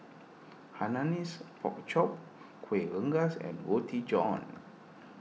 Hainanese Pork Chop Kuih Rengas and Roti John